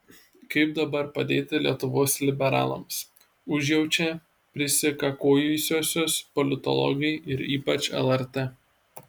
kaip dabar padėti lietuvos liberalams užjaučia prisikakojusiuosius politologai ir ypač lrt